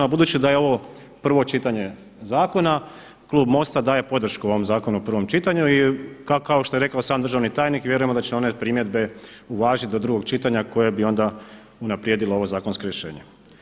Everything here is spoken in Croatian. A budući da je ovo prvo čitanje zakona, klub MOST-a daje podršku ovom zakonu u prvom čitanju i kao što je rekao sam državni tajnik i vjerujemo da će one primjedbe uvažiti do drugog čitanja koje bi onda unaprijedilo ovo zakonsko rješenje.